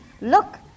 Look